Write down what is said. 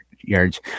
yards